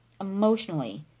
emotionally